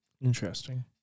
Interesting